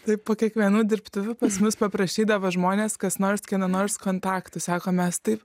tai po kiekvienų dirbtuvių pas mus paprašydavo žmonės kas nors kieno nors kontaktus sako mes taip